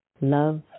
love